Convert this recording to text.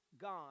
God